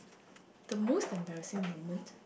the most embarrassing moment